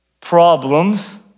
problems